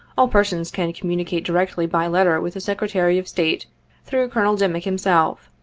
all persons can communicate directly by letter with the secretary of state through colonel dimick himself,